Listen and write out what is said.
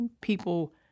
people